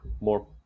more